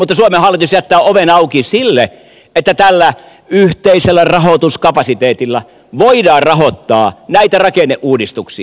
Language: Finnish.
mutta suomen hallitus jättää oven auki sille että tällä yhteisellä rahoituskapasiteetilla voidaan rahoittaa näitä rakenneuudistuksia